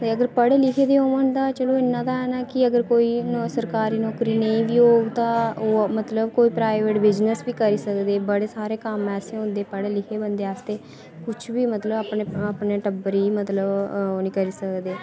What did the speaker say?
ते अगर पढ़े लिखे दे होन तां इन्ना एह् ना की अगर कोई सरकारी नौकरी नेईं बी होग तां ओह् मतलब कोई प्राईवेट बिज़नेस बी करी सकदे बड़े सारे कम्म ऐसे होंदे पढ़े लिखे बंदे आस्तै कुछ बी मतलब अपने टब्बर गी ओह् निं करी सकदे